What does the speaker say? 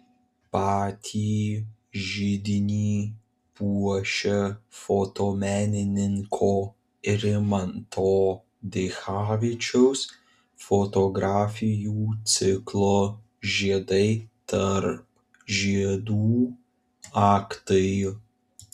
patį židinį puošia fotomenininko rimanto dichavičiaus fotografijų ciklo žiedai tarp žiedų aktai